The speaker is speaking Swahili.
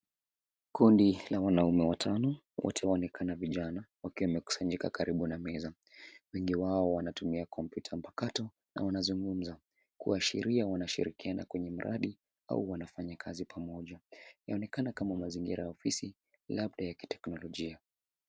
Kundi la wanaume watano, wote waonekana vijana, wakiwa wamekusanyika karibu na meza. Wengi wao wanatumia kompyuta mpakato na wanazungumza, kuashiria wanashirikiana kwenye mradi au wanafanya kazi pamoja. Inaonekana kama mazingira ya ofisi, labda ya kiteknolojia.